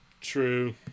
True